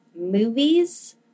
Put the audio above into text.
movies